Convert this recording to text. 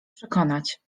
przekonać